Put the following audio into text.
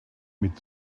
mit